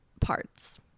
parts